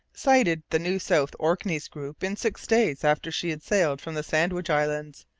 sighted the new south orkneys group in six days after she had sailed from the sandwich islands.